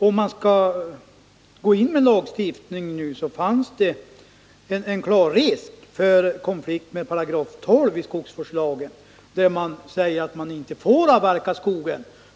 om man skulle införa en ny lagstiftning, fanns klar risk för konflikt med 12 § skogsvärdslagen, där det står att man inte får avverka skog